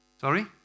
Sorry